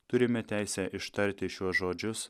turime teisę ištarti šiuos žodžius